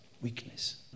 weakness